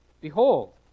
Behold